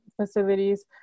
facilities